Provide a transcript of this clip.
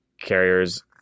carriers